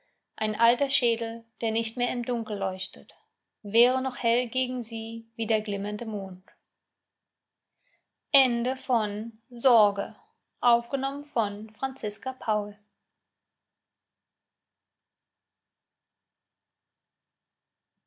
ein alter schädel der nicht mehr im dunkel leuchtet wäre noch hell gegen sie wie der glimmende mond